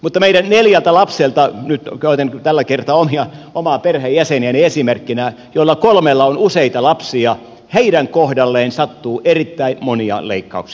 mutta meidän neljän lapsemme kohdalle nyt käytän tällä kertaa omia perheenjäseniäni esimerkkinä joista kolmella on useita lapsia sattuu erittäin monia leikkauksia